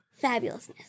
Fabulousness